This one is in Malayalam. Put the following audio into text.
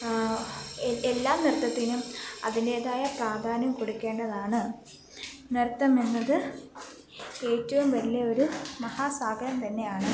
എല്ലാ നൃത്തത്തിനും അതിൻ്റേതായ പ്രാധാന്യം കൊടുക്കേണ്ടതാണ് നൃത്തം എന്നത് ഏറ്റവും വലിയ ഒരു മഹാസാഗരം തന്നെയാണ്